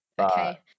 Okay